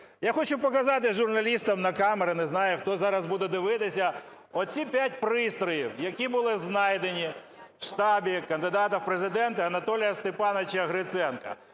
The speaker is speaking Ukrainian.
Я хочу показати журналістам на камери, не знаю, хто зараз буде дивитися, оці 5 пристроїв, які були знайдені в штабі кандидата в Президенти Анатолія Степановича Гриценка.